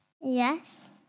Yes